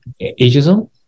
ageism